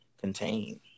contain